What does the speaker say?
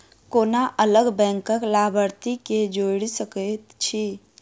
कोना अलग बैंकक लाभार्थी केँ जोड़ी सकैत छी?